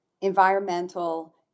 Environmental